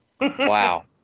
Wow